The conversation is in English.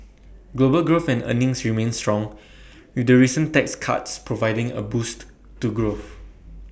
global growth and earnings remain strong with the recent tax cuts providing A boost to growth